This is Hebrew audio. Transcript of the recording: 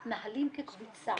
מתנהלים כקבוצה.